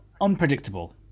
unpredictable